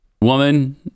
woman